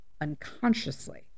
unconsciously